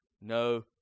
no